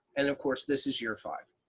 and of course this is year five.